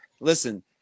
Listen